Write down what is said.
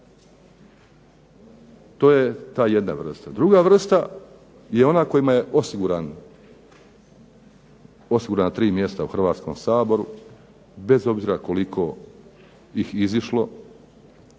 To je ta jedna vrsta. Druga vrsta je ona kojima je osigurana tri mjesta u Hrvatskom saboru bez obzira koliko ih izišlo